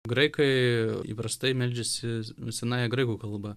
graikai įprastai meldžiasi nu senąja graikų kalba